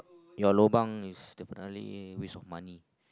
your lobang is definitely waste of money